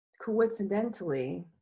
Coincidentally